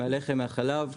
הלחם והחלב.